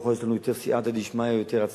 לקב"ה יש לנו יותר סייעתא דשמיא, יותר הצלחה.